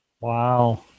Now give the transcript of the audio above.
Wow